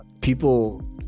people